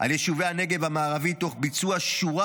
על יישובי הנגב המערבי תוך ביצוע שורה